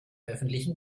öffentlichen